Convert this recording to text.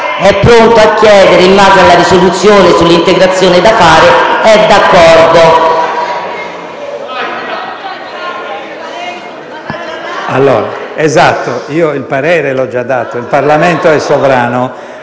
è pronto a chiedere, in base alla risoluzione, sull'integrazione da fare, è d'accordo.